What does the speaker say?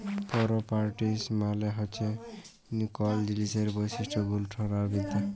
properties মালে হছে কল জিলিসের বৈশিষ্ট গঠল আর বিদ্যা